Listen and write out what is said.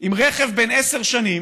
עם רכב בן עשר שנים,